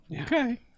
Okay